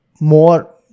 more